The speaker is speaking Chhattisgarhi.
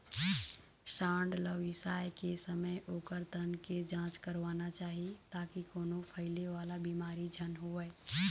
सांड ल बिसाए के समे ओखर तन के जांच करवाना चाही ताकि कोनो फइले वाला बिमारी झन होवय